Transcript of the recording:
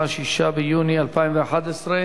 שמונה בעד, אין מתנגדים ואין נמנעים.